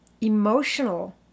emotional